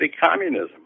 communism